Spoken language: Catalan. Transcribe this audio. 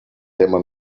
tema